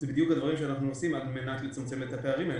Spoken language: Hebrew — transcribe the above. אלה בדיוק הדברים שאנחנו עושים על מנת לצמצם את הפערים האלה.